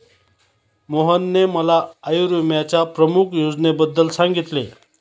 मोहनने मला आयुर्विम्याच्या प्रमुख योजनेबद्दल सांगितले